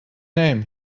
name